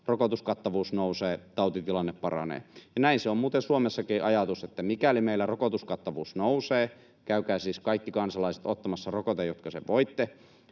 rokotuskattavuus nousee, tautitilanne paranee. Näin se on muuten Suomessakin ajatus, että mikäli meillä rokotuskattavuus nousee — käykää siis ottamassa rokote, kaikki kansalaiset, jotka sen voitte